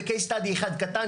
וקייס סטאדי אחד קטן,